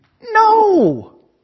No